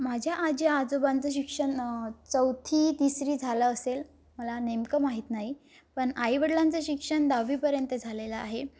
माझ्या आजे आजोबांचं शिक्षण चौथी तिसरी झालं असेल मला नेमकं माहीत नाही पण आईवडिलांचं शिक्षण दहावीपर्यंत झालेलं आहे